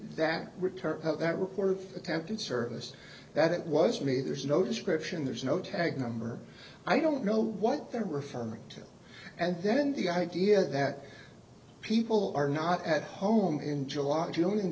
of that work or attempted service that it was me there's no description there's no tag number i don't know what they're referring to and then the idea that people are not at home in july june